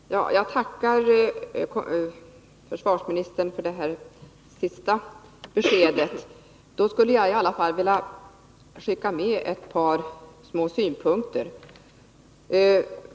Herr talman! Jag tackar försvarsministern för detta sista besked. Jag skulle då vilja skicka med ett par små synpunkter till regeringen.